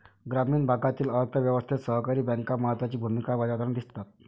ग्रामीण भागातील अर्थ व्यवस्थेत सहकारी बँका महत्त्वाची भूमिका बजावताना दिसतात